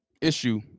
issue